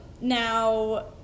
Now